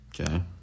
Okay